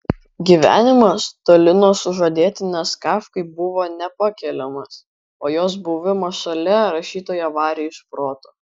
gyvenimas toli nuo sužadėtinės kafkai buvo nepakeliamas o jos buvimas šalia rašytoją varė iš proto